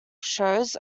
shows